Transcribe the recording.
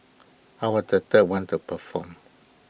I was the third one to perform